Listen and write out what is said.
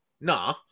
Nah